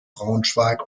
braunschweig